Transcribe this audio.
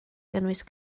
gynnwys